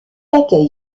accueille